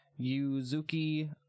Yuzuki